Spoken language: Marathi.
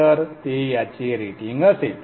तर ते याचे रेटिंग असेल